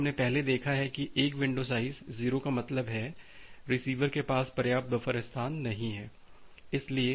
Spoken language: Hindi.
और जैसा कि हमने पहले देखा है कि एक विंडो साइज़ 0 का मतलब है रिसीवर के पास पर्याप्त बफर स्थान नहीं है